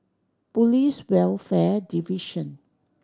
Police Welfare Division